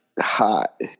Hot